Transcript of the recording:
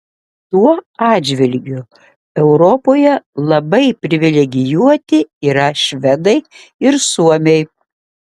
tuo atžvilgiu europoje labai privilegijuoti yra švedai ir suomiai